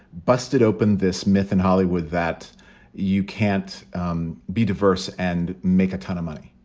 busted open this myth in hollywood that you can't um be diverse and make a ton of money.